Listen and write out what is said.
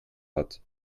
hat